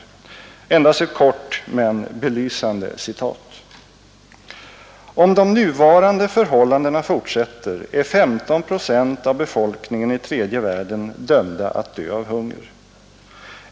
Endast ett kort men belysande citat: ”Om de nuvarande förhållandena fortsätter är 15 procent av befolkningen i tredje världen dömda att dö av hunger.